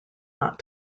not